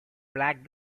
black